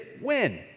win